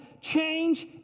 Change